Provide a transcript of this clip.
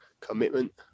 commitment